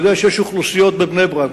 אני יודע שיש אוכלוסיות בבני-ברק,